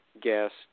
guest